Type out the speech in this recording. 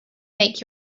make